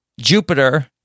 Jupiter